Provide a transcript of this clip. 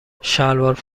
شلوار